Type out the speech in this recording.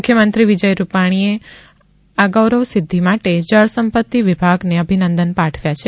મુખ્યમંત્રી વિજય ભાઈ રૂપાણીએ આ ગૌરવ સિદ્ધિ માટે જળ સંપતિ વિભાગને અભિનંદન પાઠવ્યા છે